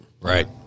Right